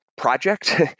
project